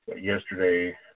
yesterday